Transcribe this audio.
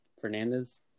Fernandez